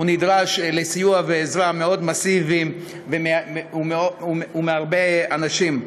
נדרש לסיוע ועזרה מאוד מסיביים ומהרבה אנשים.